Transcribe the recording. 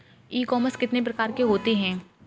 ई commerce कितने प्रकार के होते हैं?